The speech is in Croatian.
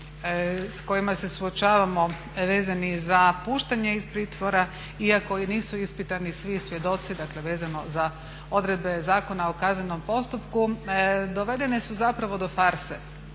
s kojima se suočavamo vezani za puštanje iz pritvora iako i nisu ispitani svi svjedoci dakle vezano za odredbe Zakona o kaznenom postupku dovedene su zapravo do farse